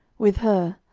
with her,